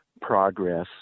progress